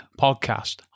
podcast